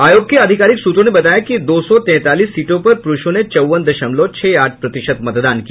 आयोग के आधिकारिक सूत्रों ने बताया कि दो सौ तैंतीलीस सीटों पर प्रूर्षों ने चौवन दशमलव छह आठ प्रतिशत मतदान किया